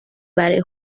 برای